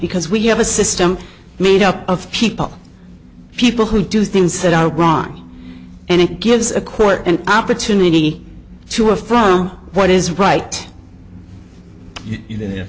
because we have a system made up of people people who do things that are wrong and it gives a court and opportunity to a from what is right